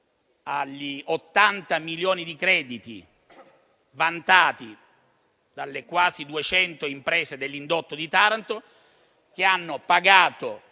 agli 80 milioni di crediti vantati dalle quasi duecento imprese dell'indotto di Taranto che hanno pagato